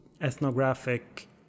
ethnographic